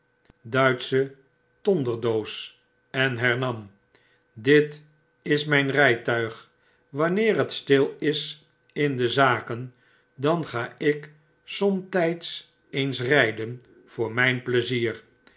duitsche tonderdoos en hernam dit is myn rjjtuig wanneer het stil is in de zaken dan ga ik somtyds eens rijden voor myn pleizier